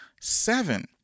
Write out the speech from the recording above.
Seven